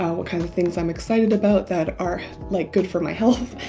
um what kind of things i'm excited about that are like good for my health,